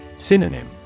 Synonym